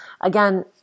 again